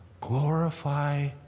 glorify